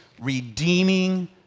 redeeming